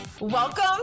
Welcome